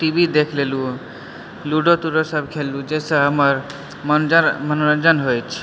T V देख लेलु ludo तुडोसभ खेललू जाहिसँ हमर मनोरञ्जन होइत अछि